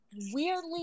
weirdly